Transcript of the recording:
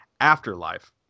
Afterlife